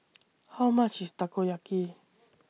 How much IS Takoyaki